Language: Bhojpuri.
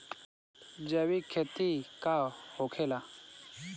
जैविक खेती का होखेला?